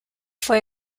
fue